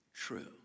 true